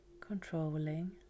controlling